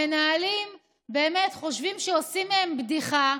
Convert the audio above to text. המנהלים באמת חושבים שעושים מהם בדיחה,